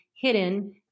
hidden